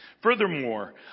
Furthermore